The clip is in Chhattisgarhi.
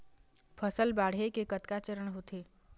फसल बाढ़े के कतका चरण होथे?